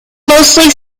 mostly